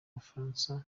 bufaransa